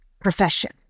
profession